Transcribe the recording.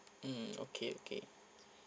mm okay okay